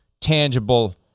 tangible